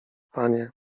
panie